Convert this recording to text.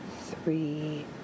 three